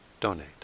donate